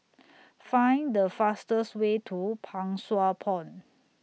Find The fastest Way to Pang Sua Pond